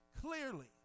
clearly